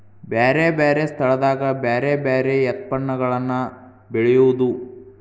ಬ್ಯಾರೆ ಬ್ಯಾರೆ ಸ್ಥಳದಾಗ ಬ್ಯಾರೆ ಬ್ಯಾರೆ ಯತ್ಪನ್ನಗಳನ್ನ ಬೆಳೆಯುದು